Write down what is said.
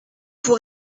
pour